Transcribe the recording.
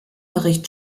bericht